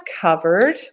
covered